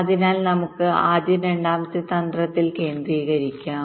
അതിനാൽ നമുക്ക് ആദ്യം രണ്ടാമത്തെ തന്ത്രത്തിൽ ശ്രദ്ധ കേന്ദ്രീകരിക്കാം